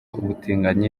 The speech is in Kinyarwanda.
ubutinganyi